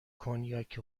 کنیاک